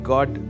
God